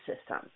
system